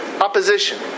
opposition